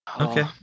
Okay